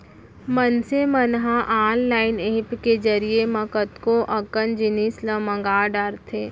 मनसे मन ह ऑनलाईन ऐप के जरिए म कतको अकन जिनिस ल मंगा डरथे